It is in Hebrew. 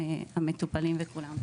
למען המטופלים וכולם.